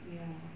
ya